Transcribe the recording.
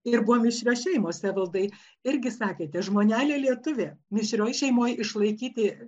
ir buvo mišrios šeimos evaldai irgi sakėte žmonelė lietuvė mišrioj šeimoj išlaikyti